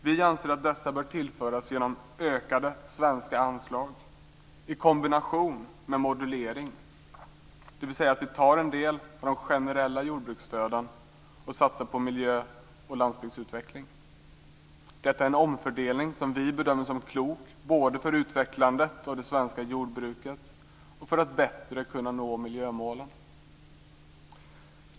Vi anser att dessa bör tillföras genom ökade svenska anslag i kombination med modulering, dvs. att vi tar en del av de generella jordbruksstöden och satsar på miljö och landsbygdsutveckling. Detta är en omfördelning som vi bedömer som klok både för utvecklandet av det svenska jordbruket och för att bättre kunna nå miljömålen.